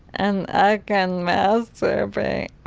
and i can masturbate